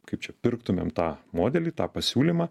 kaip čia pirktumėm tą modelį tą pasiūlymą